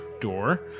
door